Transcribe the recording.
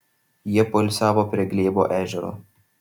jie poilsiavo prie glėbo ežero